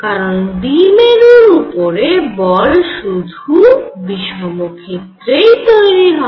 কারণ দ্বিমেরুর উপরে বল শুধু বিষম ক্ষেত্রেই তৈরি হয়